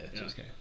okay